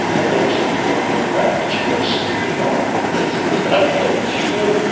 and then we simply brought the owner back, and she went slinking off because it was not guilt, she knew, you